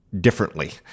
differently